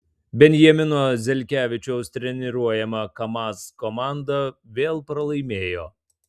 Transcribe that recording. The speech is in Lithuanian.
benjamino zelkevičiaus treniruojama kamaz komanda vėl pralaimėjo